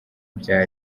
bya